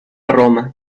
roma